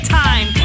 time